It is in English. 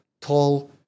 tall